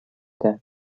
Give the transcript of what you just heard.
that